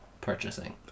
purchasing